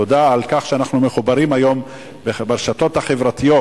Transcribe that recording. ותודה על כך שאנחנו מחוברים היום לרשתות החברתיות.